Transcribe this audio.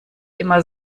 immer